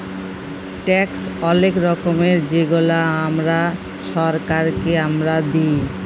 tax অলেক রকমের যেগলা আমরা ছরকারকে আমরা দিঁই